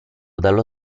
dallo